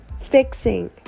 fixing